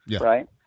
right